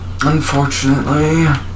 Unfortunately